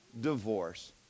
divorce